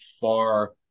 far